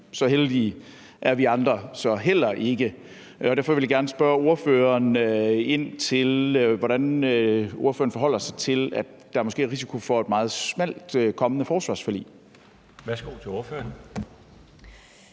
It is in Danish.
så heldige er vi andre så heller ikke. Derfor vil jeg gerne spørge ordføreren om, hvordan ordføreren forholder sig til, at der måske er risiko for et meget smalt kommende forsvarsforlig. Kl. 21:31 Den